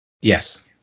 Yes